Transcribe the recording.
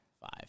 Five